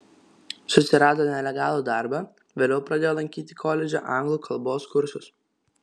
susirado nelegalų darbą vėliau pradėjo lankyti koledže anglų kalbos kursus